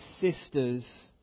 sisters